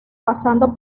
pasando